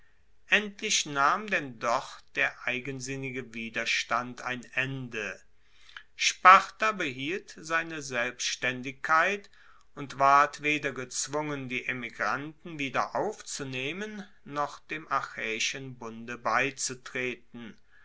endlich nahm denn doch der eigensinnige widerstand ein ende sparta behielt seine selbstaendigkeit und ward weder gezwungen die emigranten wieder aufzunehmen noch dem achaeischen bunde beizutreten